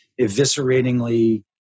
evisceratingly